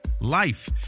life